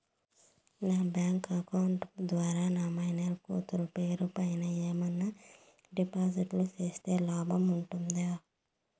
నా bank account ద్వారా నా మైనర్ కూతురు పేరు పైన ఏమన్నా డిపాజిట్లు సేస్తే లాభం ఉంటుందా?